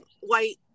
white